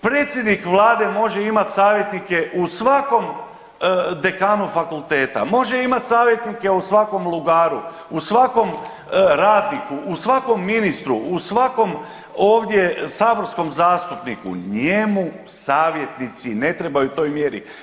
Predsjednik vlade može imati savjetnike u svakom dekanu fakultetu, može imati savjetnike u svakom lugaru, u svakom radniku, u svakom ministru, u svakom ovdje saborskom zastupniku, njemu savjetnici ne trebaju u toj mjeri.